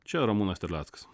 čia ramūnas terleckas